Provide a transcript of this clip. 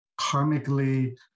karmically